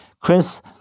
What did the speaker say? Chris